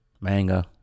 manga